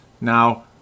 now